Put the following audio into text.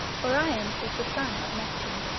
orion was the son of neptune.